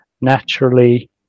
naturally